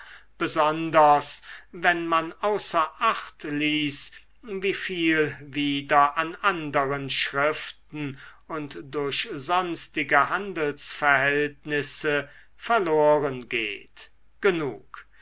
besonders wenn man außer acht ließ wie viel wieder an anderen schriften und durch sonstige handelsverhältnisse verloren geht genug